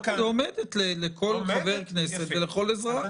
היא עומדת לכל חבר כנסת ולכל אזרח.